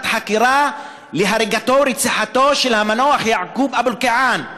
חקירה על הריגתו או רציחתו של המנוח יעקוב אבו אלקיעאן,